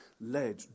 led